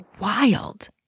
wild